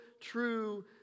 true